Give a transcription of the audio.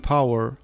Power